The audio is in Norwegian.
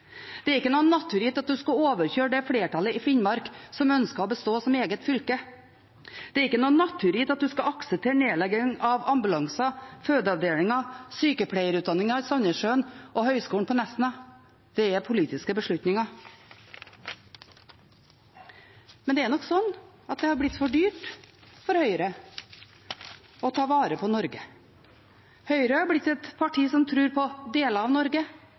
Det er ikke naturgitt at du skal overkjøre det flertallet i Finnmark som ønsker å bestå som eget fylke. Det er ikke naturgitt at du skal akseptere nedlegging av ambulanser, fødeavdelinger, sykepleierutdanningen i Sandnessjøen og Høgskolen i Nesna. Det er politiske beslutninger. Men det er nok slik at det har blitt for dyrt for Høyre å ta vare på Norge. Høyre har blitt et parti som tror på deler av Norge.